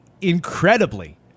incredibly